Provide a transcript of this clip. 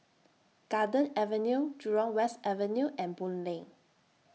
Garden Avenue Jurong West Avenue and Boon Lay